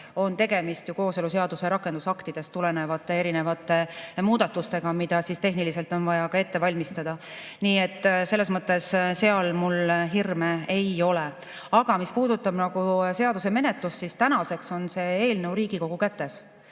on tegemist ju kooseluseaduse rakendusaktidest tulenevate erinevate muudatustega, mida tehniliselt on vaja ette valmistada. Nii et selles mõttes hirme ei ole. Aga mis puudutab seaduse menetlust, siis tänaseks on see eelnõu Riigikogu kätes